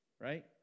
Right